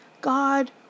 God